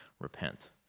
repent